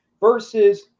versus